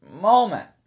moment